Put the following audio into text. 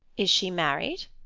is she married?